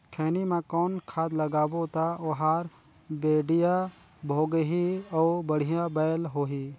खैनी मा कौन खाद लगाबो ता ओहार बेडिया भोगही अउ बढ़िया बैल होही?